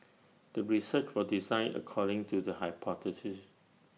the research was designed according to the hypothesis